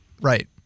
Right